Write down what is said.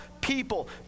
people